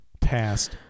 passed